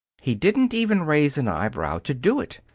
he didn't even raise an eyebrow to do it.